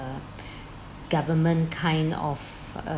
government kind of um